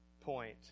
point